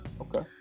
okay